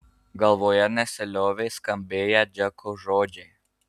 galvoje nesiliovė skambėję džeko žodžiai